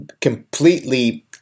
completely